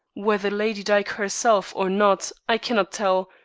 whether lady dyke herself or not i cannot tell,